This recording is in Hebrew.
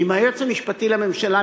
ואם היועץ המשפטי לממשלה,